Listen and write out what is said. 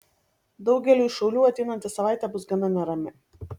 daugeliui šaulių ateinanti savaitė bus gana nerami